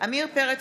עמיר פרץ,